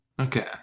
Okay